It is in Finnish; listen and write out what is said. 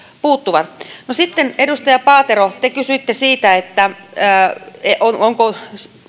puuttuvat sitten edustaja paatero te kysyitte siitä onko